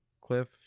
cliff